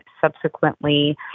subsequently